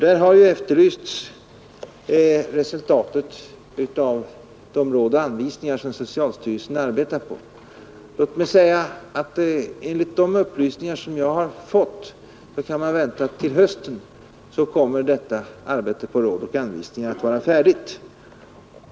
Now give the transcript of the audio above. Där har efterlysts de råd och anvisningar som socialstyrelsen arbetar på. Enligt de upplysningar som jag har fått kan man till hösten vänta att detta arbete kommer att vara färdigt.